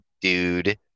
dude